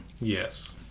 Yes